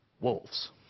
wolves